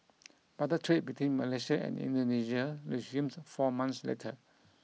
barter trade between Malaysia and Indonesia resumed four months later